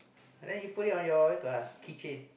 then you put it on your itu ah keychain